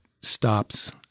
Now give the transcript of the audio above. stops